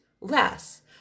less